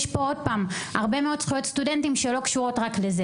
יש הרבה מאוד זכויות סטודנטים שלא קשורות רק לזה